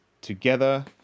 together